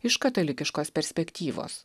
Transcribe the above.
iš katalikiškos perspektyvos